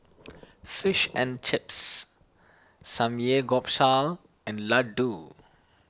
Fish and Chips Samgeyopsal and Ladoo